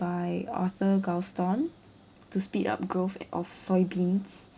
by author galston to speed up growth of soybeans